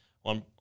one